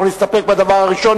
אנחנו נסתפק בנאום הראשון.